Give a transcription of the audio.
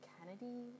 Kennedy